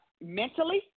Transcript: mentally